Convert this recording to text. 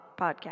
podcast